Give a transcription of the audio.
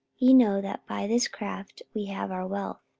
ye know that by this craft we have our wealth.